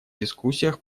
дискуссиях